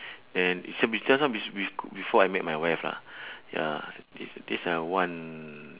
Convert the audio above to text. then this one be~ this one be~ be~ c~ before I met my wife lah ya this this uh one